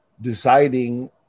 deciding